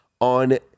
on